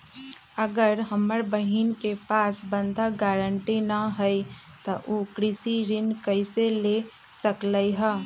अगर हमर बहिन के पास बंधक गरान्टी न हई त उ कृषि ऋण कईसे ले सकलई ह?